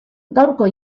gaurko